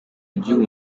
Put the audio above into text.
igihugu